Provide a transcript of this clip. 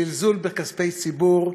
זלזול בכספי ציבור,